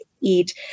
eat